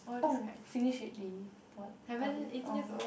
oh finish already pol~ poly orh